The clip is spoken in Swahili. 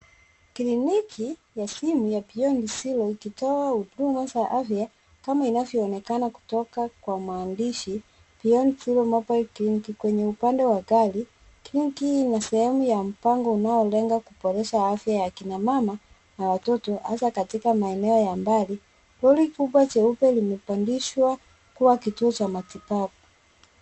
Kliniki ya kituo cha utunzaji afya inaonekana kama ilivyoelezwa na muandishi. Tiongisimu imepanga kliniki kwenye upande wa gari, kliniki hiyo ni mfumo wa mpango unaolenga kuboresha afya ya kinamama na watoto hasa katika maeneo ya mbali. Lori limebadilishwa na kupandishwa vifaa ili liwe kituo cha matibabu cha mkononi.